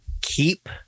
keep